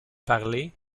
parler